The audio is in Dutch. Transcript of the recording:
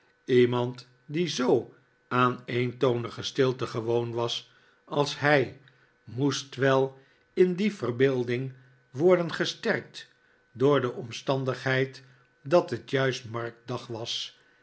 iemand die zoo aan eentonige stilte gewoon was als hij moest wel in die verbeelding worden gesterkt door de omstandigheid dat het juist marktdag was